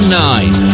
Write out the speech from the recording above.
nine